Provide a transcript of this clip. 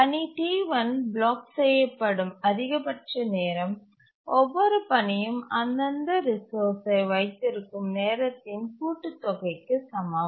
பணி T1 block செய்யப்படும் அதிகபட்ச நேரம் ஒவ்வொரு பணியும் அந்தந்த ரிசோர்ஸ்ஐ வைத்திருக்கும் நேரத்தின் கூட்டு தொகைக்கு சமம்